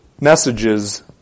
messages